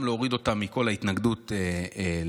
לכך שיורידו אותה מכל ההתנגדות לחוק